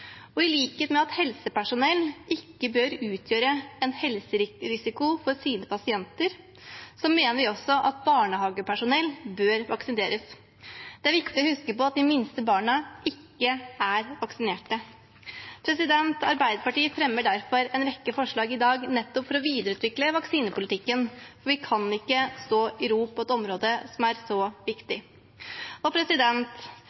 for. I likhet med at helsepersonell ikke bør utgjøre en helserisiko for sine pasienter, mener vi at også barnehagepersonell bør vaksineres. Det er viktig å huske på at de minste barna ikke er vaksinert. Arbeiderpartiet fremmer derfor en rekke forslag i dag nettopp for å videreutvikle vaksinepolitikken. Vi kan ikke stå i ro på et område som er så